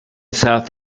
south